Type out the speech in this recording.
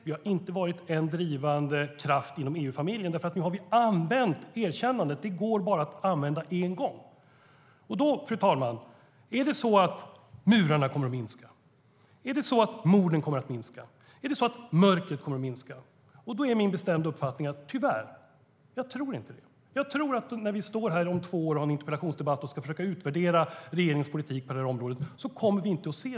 Vi har inte varit en drivande kraft inom EU-familjen, för nu har vi använt erkännandet, och det går bara att använda en gång. Fru talman! Kommer murarna att minska? Kommer morden att minska? Kommer mörkret att minska? Min bestämda uppfattning är att jag tyvärr inte tror det. Jag tror inte att vi kommer att se detta när vi står här om två år och har en interpellationsdebatt och ska försöka utvärdera regeringens politik på området.